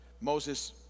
Moses